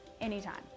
anytime